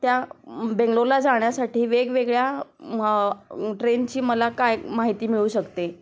त्या बेंगलोरला जाण्यासाठी वेगवेगळ्या ट्रेनची मला काय माहिती मिळू शकते